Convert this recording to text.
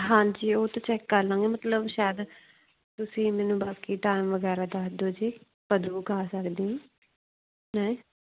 ਹਾਂਜੀ ਉਹ ਤਾਂ ਚੈੱਕ ਕਰ ਲਾਂਗੇ ਮਤਲਬ ਸ਼ਾਇਦ ਤੁਸੀਂ ਮੈਨੂੰ ਬਾਕੀ ਟਾਈਮ ਵਗੈਰਾ ਦੱਸ ਦਿਓ ਜੀ ਖਾ ਸਕਦੀ ਹੈ ਹੈਂ